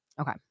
Okay